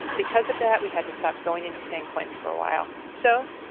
because of that, we had to stop going into san quentin for a while. so,